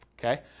Okay